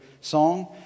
song